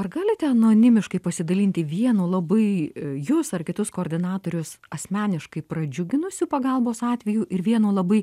ar galite anonimiškai pasidalinti vienu labai jus ar kitus koordinatorius asmeniškai pradžiuginusiu pagalbos atveju ir vienu labai